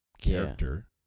character